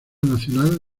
nacional